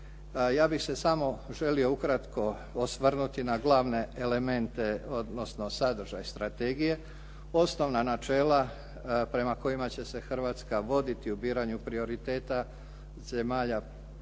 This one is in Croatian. Ja bih se samo želio ukratko osvrnuti na glavne elemente odnosno sadržaj strategije. Osnovna načela prema kojima će se Hrvatska voditi u biranju prioriteta zemalja